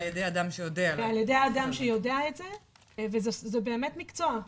ידי אדם שיודע את זה וזה באמת מקצוע,